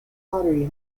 pottery